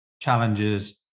challenges